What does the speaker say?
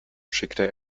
schickte